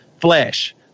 flesh